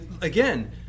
again